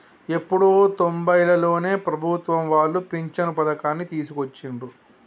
ఎప్పుడో తొంబైలలోనే ప్రభుత్వం వాళ్ళు పించను పథకాన్ని తీసుకొచ్చిండ్రు